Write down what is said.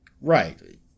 Right